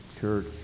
church